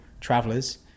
travelers